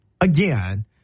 again